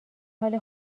حال